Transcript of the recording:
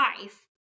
life